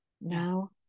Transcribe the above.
now